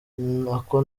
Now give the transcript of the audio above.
ako